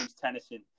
Tennyson